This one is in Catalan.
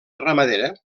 ramadera